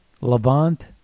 Levant